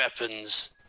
weapons